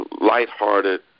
lighthearted